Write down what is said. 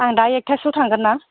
आं दा एकथासोआव थांगोन ना